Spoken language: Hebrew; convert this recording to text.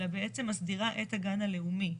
אלא תכנית שמסדירה את הגן הלאומי.